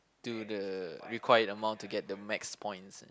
to the required amount to get the max points